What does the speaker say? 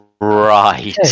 right